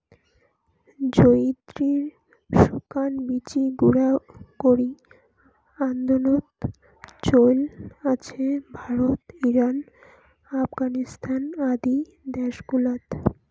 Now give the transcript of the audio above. জয়িত্রির শুকান বীচি গুঁড়া করি আন্দনোত চৈল আছে ভারত, ইরান, আফগানিস্তান আদি দ্যাশ গুলাত